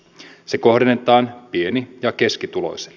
se kohdennetaan pieni ja keskituloisille